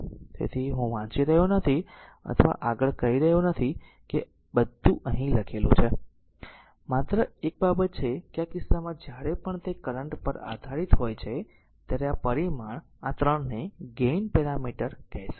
તેથી હું વાંચી રહ્યો નથી અથવા આગળ કહી રહ્યો નથી કે બધું અહીં લખેલું છે અને માત્ર એક જ બાબત એ છે કે આ કિસ્સામાં જ્યારે પણ તે કરંટ પર આધારિત હોય છે ત્યારે આ પરિમાણ આ 3 ને ગેઇન પેરામીટર કહેશે